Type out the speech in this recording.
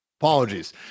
apologies